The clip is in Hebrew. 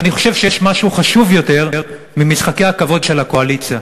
אני חושב שיש משהו חשוב יותר ממשחקי הכבוד של הקואליציה,